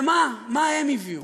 ומה, מה הם הביאו?